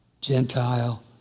Gentile